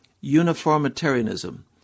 uniformitarianism